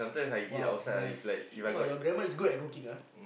!wow! nice !wow! your grandma is good at cooking ah